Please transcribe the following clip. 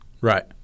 right